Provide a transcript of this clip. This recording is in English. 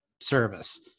service